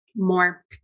More